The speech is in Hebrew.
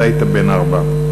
אתה היית בן ארבע.